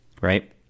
right